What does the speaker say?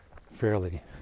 fairly